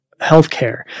healthcare